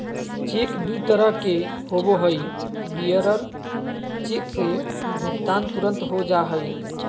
cheque दू तरह के होबो हइ, बियरर चेक से भुगतान तुरंत हो जा हइ